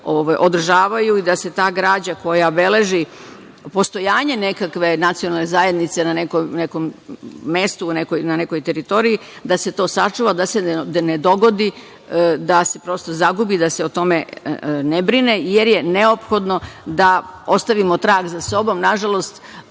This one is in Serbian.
da se održavaju i da se ta građa koja beleži postojanje nekakve nacionalne zajednice na nekom mestu, na nekoj teritoriji da se to sačuva, da se ne dogodi da se prosto zagubi, da se o tome ne brine, jer je neophodno da ostavimo trag za sobom. Nažalost,